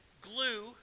glue